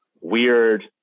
weird